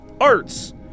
Arts